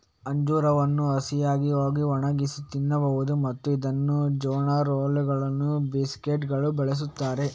ಅಂಜೂರವನ್ನು ಹಸಿಯಾಗಿ ಹಾಗೂ ಒಣಗಿಸಿ ತಿನ್ನಬಹುದು ಮತ್ತು ಇದನ್ನು ಜಾನ್ ರೋಲ್ಗಳು, ಬಿಸ್ಕೆಟುಗಳಲ್ಲಿ ಬಳಸುತ್ತಾರೆ